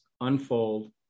unfold